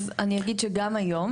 אז אני אגיד שגם היום,